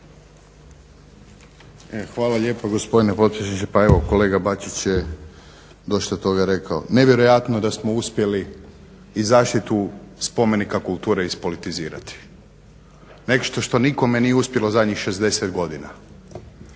Hvala lijepo gospodine potpredsjedniče. Pa evo kolega Bačić je dosta toga rekao. Nevjerojatno da smo uspjeli i zaštitu spomenika kulture ispolitizirati. Nešto što nikome nije uspjelo zadnjih 60 godina.